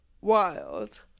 wild